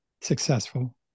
successful